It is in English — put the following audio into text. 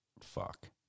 Fuck